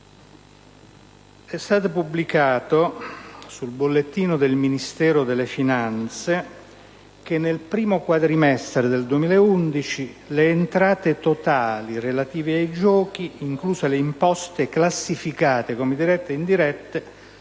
è stato pubblicato sul bollettino del Ministero dell'economia e delle finanze un dato secondo cui nel primo quadrimestre del 2011 le entrate totali relative ai giochi, incluse le imposte classificate come dirette e indirette,